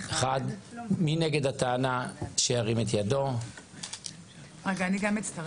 1. הצבעה לא נתקבל